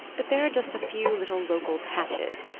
but there are just a few little local patches,